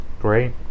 Great